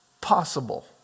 possible